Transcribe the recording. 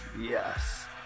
Yes